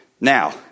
Now